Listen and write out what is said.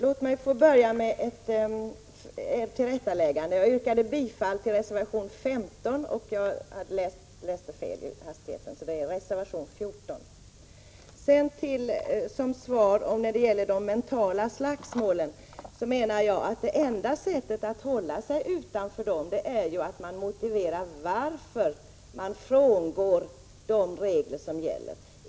Herr talman! Beträffande de mentala slagsmålen menar jag att enda sättet att hålla sig utanför dem är att motivera varför man frångår de regler som gäller.